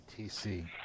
TC